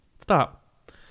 Stop